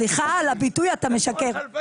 סליחה על הביטוי, אתה משקר.